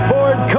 Ford